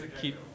Keep –